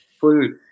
full